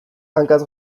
hankaz